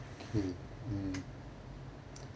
okay mm